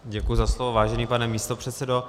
Děkuji za slovo, vážený pane místopředsedo.